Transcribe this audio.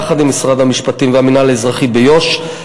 יחד עם משרד המשפטים והמינהל האזרחי ביו"ש,